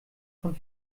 von